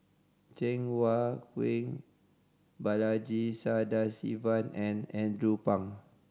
Cheng Wai Keung Balaji Sadasivan and Andrew Phang